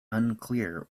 unclear